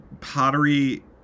pottery